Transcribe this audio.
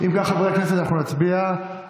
אם כך, חברי הכנסת, אנחנו נצביע על